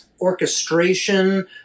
orchestration